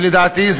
לדעתי,